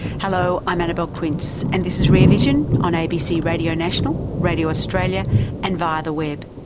hello, i'm annabelle quince and this is rear vision on abc radio national, radio australia and via the web.